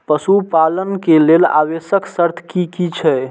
पशु पालन के लेल आवश्यक शर्त की की छै?